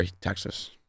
Texas